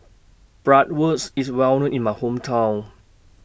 Bratwurst IS Well known in My Hometown